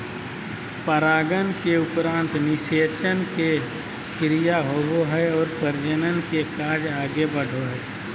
परागन के उपरान्त निषेचन के क्रिया होवो हइ और प्रजनन के कार्य आगे बढ़ो हइ